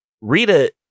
Rita